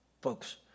Folks